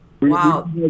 wow